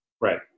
Right